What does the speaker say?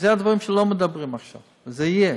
אלו דברים שלא מדברים עליהם עכשיו, אבל זה יהיה.